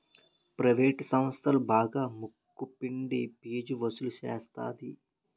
private సంస్థలు బాగా ముక్కు పిండి ఫీజు వసులు సేత్తది